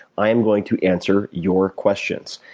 i am going to answer your questions.